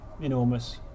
enormous